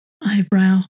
Eyebrow